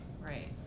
Right